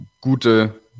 gute